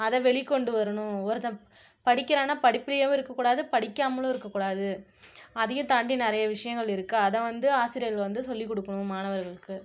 அதை வெளிக்கொண்டு வரணும் ஒருத்தன் படிக்கிறான்னா படிப்புலேயேவும் இருக்கக்கூடாது படிக்காமலும் இருக்கக்கூடாது அதையும் தாண்டி நிறைய விஷயங்கள் இருக்குது அதை வந்து ஆசிரியர்கள் வந்து சொல்லிக் கொடுக்கணும் மாணவர்களுக்கு